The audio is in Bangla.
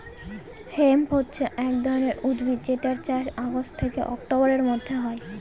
হেম্প হছে এক ধরনের উদ্ভিদ যেটার চাষ অগাস্ট থেকে অক্টোবরের মধ্যে হয়